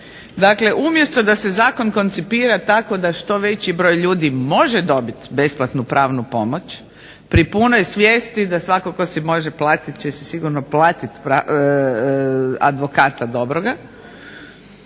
Dakle, umjesto da se zakon koncipira tako da što veći broj ljudi može dobiti besplatnu pravnu pomoć pri punoj svijesti da svatko tko si može platiti će si sigurno platiti advokata dobroga,